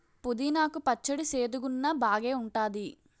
పుదీనా కు పచ్చడి సేదుగున్నా బాగేఉంటాది